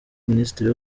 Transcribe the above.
minisitiri